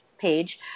page